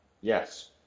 yes